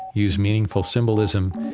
use meaningful symbolism,